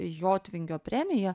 jotvingio premija